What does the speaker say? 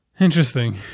Interesting